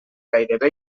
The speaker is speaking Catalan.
gairebé